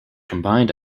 combined